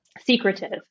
secretive